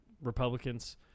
republicans